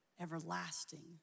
everlasting